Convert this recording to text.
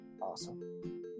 Awesome